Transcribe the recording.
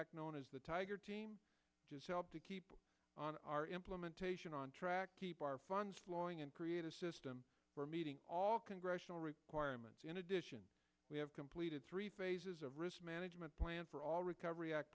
act known as the tiger team does help to keep on our implementation on track keep our funds flowing and create a system for meeting all congressional requirements in addition we have completed three phases of risk management plan for all recovery act